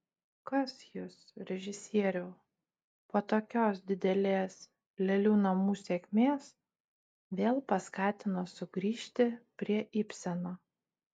kas jus režisieriau po tokios didelės lėlių namų sėkmės vėl paskatino sugrįžti prie ibseno